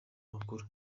makuru